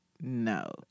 No